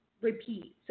repeat